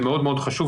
זה מאוד מאוד חשוב.